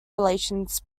relations